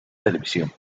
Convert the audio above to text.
televisión